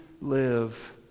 live